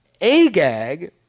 Agag